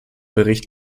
bericht